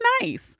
nice